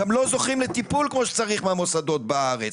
גם לא זוכים לטיפול כמו שצריך מהמוסדות בארץ,